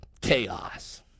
Chaos